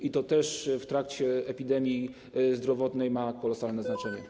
I to też w trakcie epidemii zdrowotnej ma kolosalne znaczenie.